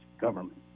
government